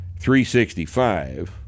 365